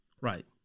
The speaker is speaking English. Right